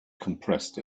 compressed